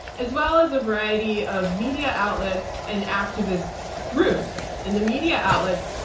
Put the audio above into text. as well as a variety of media outlets and activists' groups. and the media outlets,